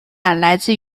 来自